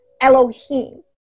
Elohim